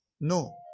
No